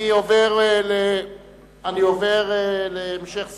אני עובר להמשך סדר-היום.